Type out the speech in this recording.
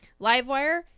Livewire